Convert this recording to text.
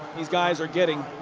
these guys are getting.